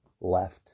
left